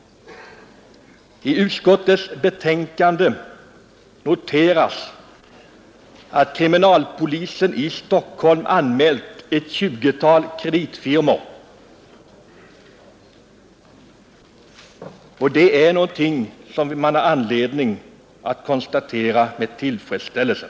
I utskottets betänkande noteras att kriminalpolisen i Stockholm anmält ett tjugotal kreditfirmor, och det är något som man har anledning att konstatera med tillfredsställelse.